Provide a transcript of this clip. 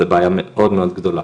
זה בעיה מאוד מאוד גדולה.